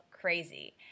crazy